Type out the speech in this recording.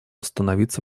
становиться